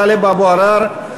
טלב אבו עראר,